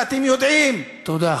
תודה,